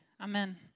Amen